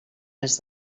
les